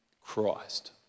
Christ